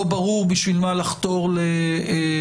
לא ברור בשביל מה לחתור להסכמות.